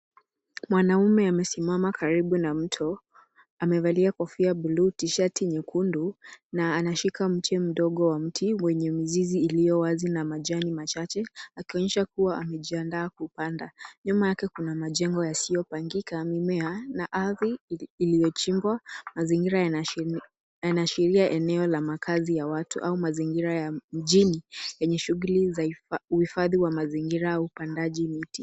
Mwanaume amesimama karibu na mto amevalia kofia bluu, T-shirt nyekundu na anashika mche mdogo wa mti wenye mizizi iliyowazi na majani macheche akionyesha kuwa amejiandaa kupanda. Nyuma yake kuna majengo yasiyopangika, mimea na ardhi iliyochimbwa; mazingira yanaashiria eneo la makazi ya watu au mazingira ya mjini yenye shughuli za uhifadhi wa mazingira au upandaji miti.